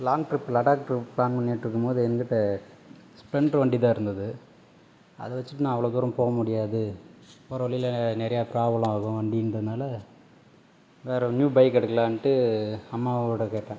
long trip Ladakh trip plan பண்ணிட்டுருக்கும் போது எங்கிட்ட ஸ்ப்ளெண்ட்ரு வண்டி தான் இருந்தது அதை வச்சிகிட்டு நான் அவ்வளோ தூரம் போவ முடியாது போகற வழியில நிறையா பிராப்ளம் வரும் வண்டின்றனால வேறு நியூ பைக் எடுக்கலாம்ட்டு அம்மாவோட கேட்டேன்